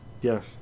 Yes